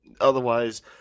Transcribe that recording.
otherwise